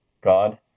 god